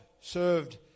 served